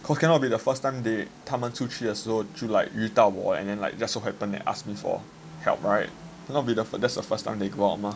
cause cannot be the first time they 他们出去的时候就 like 遇到我 and then like just so happened they ask me for help right cannot be the first time they go out mah